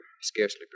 scarcely